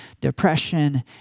depression